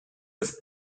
with